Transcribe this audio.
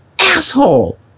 asshole